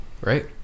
right